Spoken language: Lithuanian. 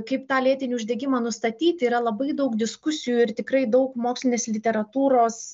kaip tą lėtinį uždegimą nustatyti yra labai daug diskusijų ir tikrai daug mokslinės literatūros